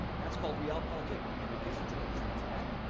that's called realpolitik. henry kissinger understands that.